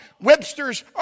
Webster's